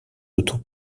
autres